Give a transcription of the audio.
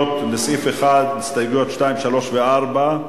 לסעיף 1, הסתייגויות 2, 3 ו-4.